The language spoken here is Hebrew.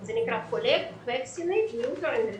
זה נקרא collect vaccinate neuter and return.